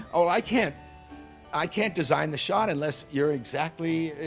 oh, i can't i can't design the shot unless you're exactly